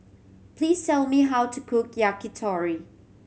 please tell me how to cook Yakitori